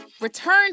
return